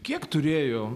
kiek turėjo